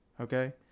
okay